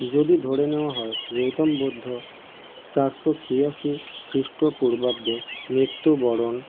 যদি ধরে নেওয়া হয় গৌতম বুদ্ধ চারশো ছিয়াশি খ্রিস্টপূর্বাব্দে মৃত্যুবরণ